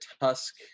tusk